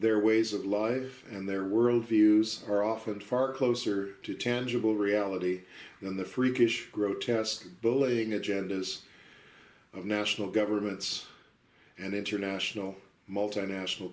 their ways of life and their world views are often far closer to tangible reality than the freakish grotesque belaying agendas of national governments and international multinational